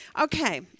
Okay